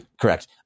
Correct